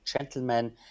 gentlemen